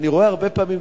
ואני רואה הרבה פעמים,